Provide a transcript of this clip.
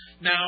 now